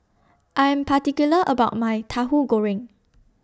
I Am particular about My Tahu Goreng